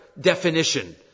definition